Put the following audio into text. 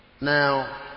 Now